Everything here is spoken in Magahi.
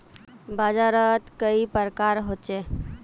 बाजार त कई प्रकार होचे?